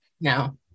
No